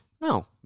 No